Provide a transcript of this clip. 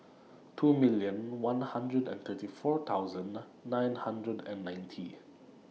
two million one hundred and thirty four thousand nine hundred and ninety